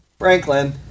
Franklin